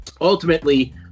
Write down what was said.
Ultimately